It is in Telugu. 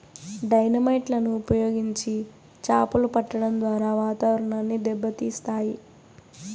డైనమైట్ లను ఉపయోగించి చాపలు పట్టడం ద్వారా వాతావరణాన్ని దెబ్బ తీస్తాయి